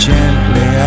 Gently